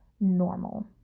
normal